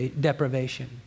deprivation